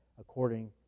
according